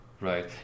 right